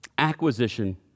acquisition